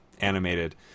animated